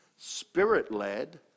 Spirit-Led